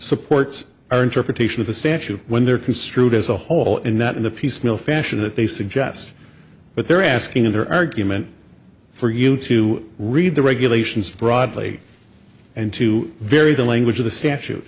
supports our interpretation of the statute when they're construed as a whole and not in the piecemeal fashion that they suggest but they're asking in their argument for you to read the regulations broadly and to vary the language of the statu